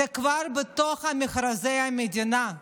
זה כבר בתוך מכרזי המדינה,